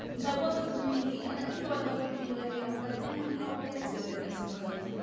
so i wasn't really and not even though i love eugene levy i was like yeah i'll get to it i suppose.